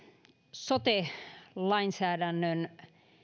sote lainsäädännön